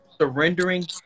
surrendering